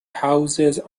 houses